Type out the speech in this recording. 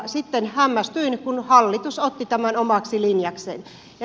sitten hämmästyin kun hallitus otti tämän omaksi linjakseen